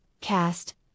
cast